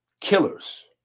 killers